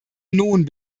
non